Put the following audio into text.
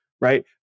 right